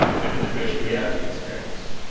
but in a virtual reality experience,